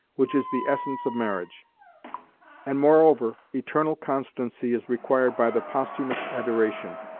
which is the essence of marriage and moreover, eternal constancy is required by the posthumous adoration,